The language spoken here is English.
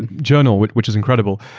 and journal, which which is incredible,